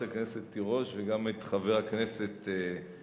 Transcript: הכנסת תירוש וגם את חבר הכנסת חנין.